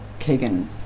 Kagan